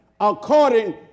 according